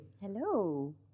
Hello